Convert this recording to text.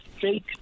fake